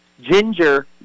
ginger